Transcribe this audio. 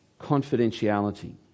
confidentiality